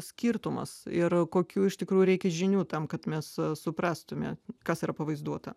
skirtumas ir kokių iš tikrųjų reikia žinių tam kad mes suprastume kas yra pavaizduota